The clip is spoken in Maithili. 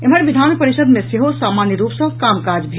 एम्हर विधान परिषद मे सेहो सामान्य रूप सँ काम काज भेल